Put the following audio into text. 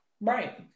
Right